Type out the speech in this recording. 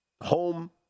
home